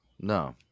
No